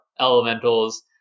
elementals